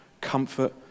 comfort